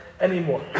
anymore